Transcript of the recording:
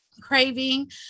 craving